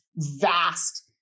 vast